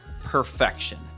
perfection